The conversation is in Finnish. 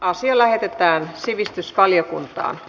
asia lähetettiin sivistysvaliokuntaan